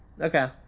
okay